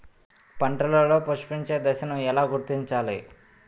పంటలలో పుష్పించే దశను ఎలా గుర్తించాలి?